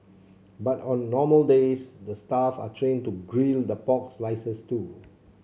but on normal days the staff are trained to grill the pork slices too